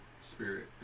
spirit